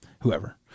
whoever